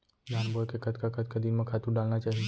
धान बोए के कतका कतका दिन म खातू डालना चाही?